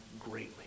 greatly